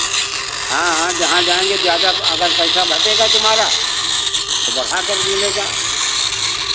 हाँ हाँ जहाँ जाएँगे ज़्यादा अगर पैसा घटेगा तुम्हारा तो बढ़ाकर मिलेगा